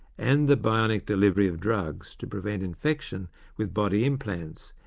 and the bionic delivery of drugs to prevent infection with body implants,